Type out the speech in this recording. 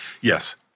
yes